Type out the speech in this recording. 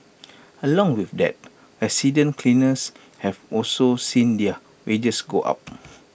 along with that resident cleaners have also seen their wages go up